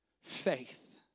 faith